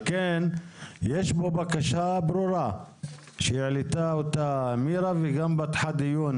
על כן יש כאן בקשה ברורה שהעלתה אותה מירה וגם פתחה דיון